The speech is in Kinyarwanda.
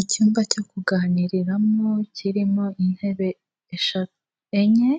Icyumba cyo kuganiriramo kirimo intebe eshatu, enye,